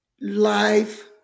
life